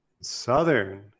Southern